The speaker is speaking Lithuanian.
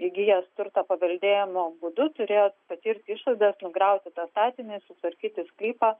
įgijęs turtą paveldėjimo būdu turėjo patirti išlaidas nugriauti tą statinį sutvarkyti sklypą